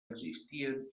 existien